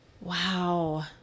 Wow